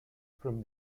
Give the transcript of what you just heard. from